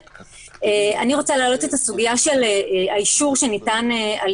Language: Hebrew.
אני רוצה להעלות את הסוגיה של האישור שניתן על